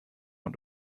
und